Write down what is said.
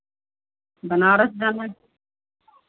बनारस जाना है